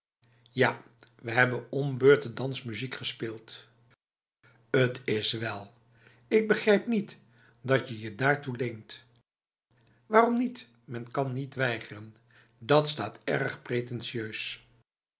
ja we hebben om beurten dansmuziek gespeeld het is wél ik begrijp niet dat je je daartoe leent waarom niet men kan niet weigeren dat staat erg pretentieus